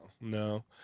no